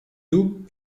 doubs